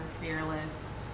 fearless